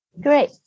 Great